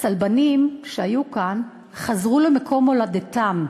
הצלבנים שהיו כאן, חזרו למולדתם,